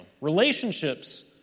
Relationships